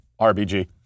RBG